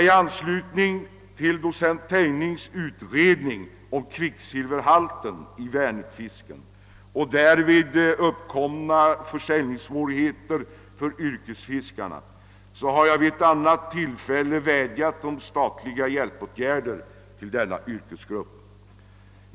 I anslutning till docent Tejnings utredning om kvicksilverhalten i vänerfisken och därvid uppkomna försäljningssvårigheter för yrkesfiskarna har jag vid ett annat tillfälle vädjat om statliga hjälpåtgärder till denna yrkesgrupp.